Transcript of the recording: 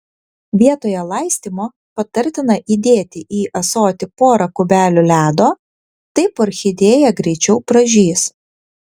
vietoje laistymo patartina įdėti į ąsotį pora kubelių ledo taip orchidėja greičiau pražys